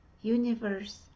universe